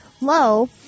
low